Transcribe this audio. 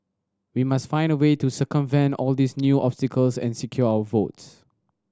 we must find a way to circumvent all these new obstacles and secure our votes